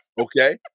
okay